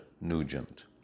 Nugent